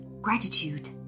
gratitude